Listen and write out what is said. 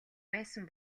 байсан